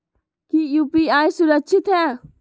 की यू.पी.आई सुरक्षित है?